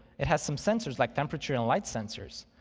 it has some sensors like temperature and light sensors,